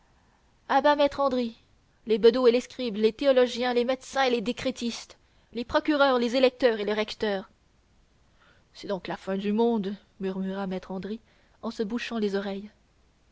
à bas maître andry les bedeaux et les scribes les théologiens les médecins et les décrétistes les procureurs les électeurs et le recteur c'est donc la fin du monde murmura maître andry en se bouchant les oreilles